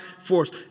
force